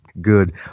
good